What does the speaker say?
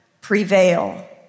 prevail